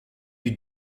eut